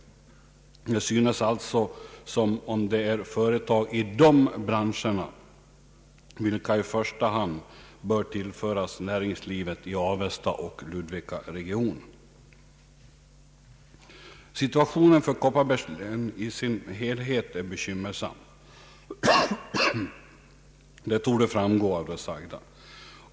Det synes alltså som om det är företag i dessa branscher, vilka i första hand bör tillföras näringslivet i Avestaoch Ludvikaregionerna. Situationen för Kopparbergs län som helhet är bekymmersam; det torde framgå av det sagda.